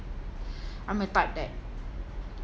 I'm the type that